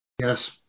Yes